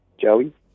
Joey